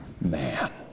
man